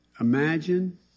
Imagine